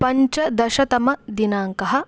पञ्चदशतमदिनाङ्कः